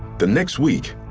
the next week,